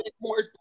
more